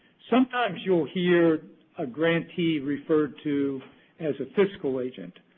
sometimes you'll hear a grantee referred to as a fiscal agent.